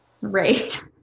right